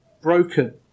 broken